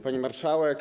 Pani Marszałek!